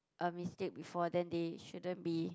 a mistake before then they shouldn't be